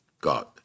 God